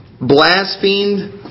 blasphemed